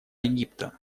египта